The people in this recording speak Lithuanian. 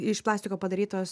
iš plastiko padarytos